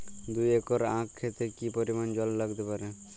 দুই একর আক ক্ষেতে কি পরিমান জল লাগতে পারে?